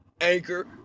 Anchor